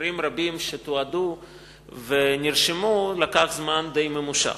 ובמקרים רבים שתועדו ונרשמו עבר זמן די ממושך.